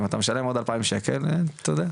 אם אתה משלם עוד 2,000 ₪ אז אתה יודע,